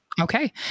Okay